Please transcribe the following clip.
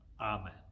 Amen